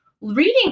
reading